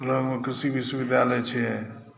लगमे कृषि विश्वविद्यालय छै